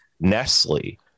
Nestle